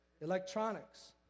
electronics